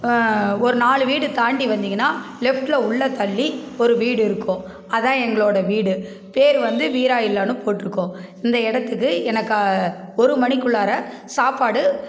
ஒரு நாலு வீடு தாண்டி வந்தீங்கன்னா லெஃப்டில் உள்ள தள்ளி ஒரு வீடு இருக்கும் அதான் எங்களோடய வீடு பேர் வந்து வீரா இல்லம்னு போட்டுருக்கும் இந்த இடத்துக்கு எனக்கா ஒரு மணிக்குள்ளாற சாப்பாடு